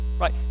right